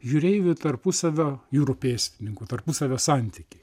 jūreivių tarpusavio jūrų pėstininkų tarpusavio santykiai